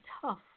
tough